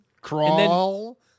crawl